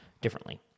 differently